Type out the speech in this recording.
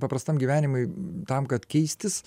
paprastam gyvenimui tam kad keistis